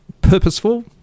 purposeful